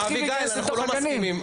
אביגיל, אנחנו לא מסכימים.